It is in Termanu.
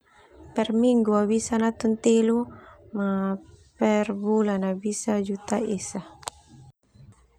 Perminggu bisa natun telu perbulan bisa juta esa.